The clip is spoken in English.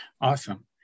Awesome